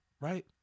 right